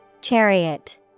Chariot